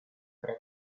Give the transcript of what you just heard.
tre